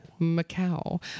Macau